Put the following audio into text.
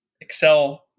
Excel